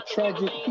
Tragic